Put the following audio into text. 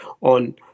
on